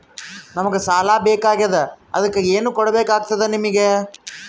ನಮಗ ಸಾಲ ಬೇಕಾಗ್ಯದ ಅದಕ್ಕ ಏನು ಕೊಡಬೇಕಾಗ್ತದ ನಿಮಗೆ?